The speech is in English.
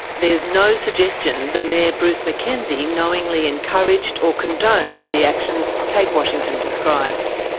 there's no suggestion the mayor bruce mackenzie knowingly encouraged or condoned the actions kate washington describes.